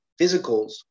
physicals